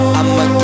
I'ma